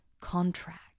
contract